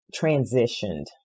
transitioned